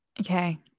Okay